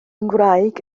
ngwraig